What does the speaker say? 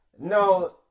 No